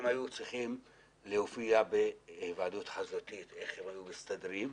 אם היו צריכים להופיע בוועדה חזותית איך הם היו מסתדרים,